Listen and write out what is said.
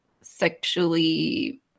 sexually